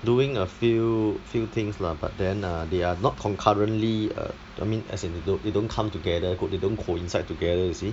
doing a few few things lah but then err they are not concurrently uh I mean as in they don't come together co~ they don't coincide together you see